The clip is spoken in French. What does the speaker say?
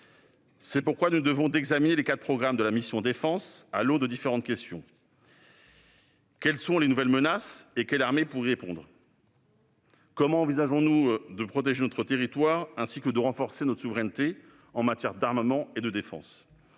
C'est pourquoi nous devons examiner les quatre programmes de la mission « Défense » à l'aune de différentes questions. Quelles sont les nouvelles menaces et quelles armées pour y répondre ? Comment envisageons-nous de protéger notre territoire et de renforcer notre souveraineté en matière de défense